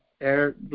air